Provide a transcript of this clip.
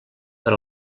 per